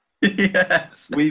Yes